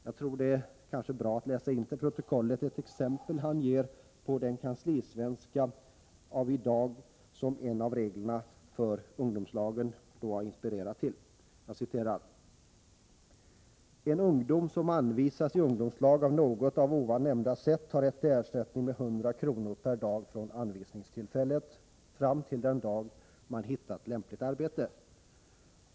Jag tror det vore bra att läsa in till protokollet ett exempel han ger på den kanslisvenska av i dag som en av reglerna när det gäller ungdomslagen har inspirerat till. ”En ungdom som anvisas i ungdomslag på något av ovan nämnda sätt har rätt till ersättning med 100 kronor per dag från anvisningstillfället, fram till den dag man hittat lämpligt arbete.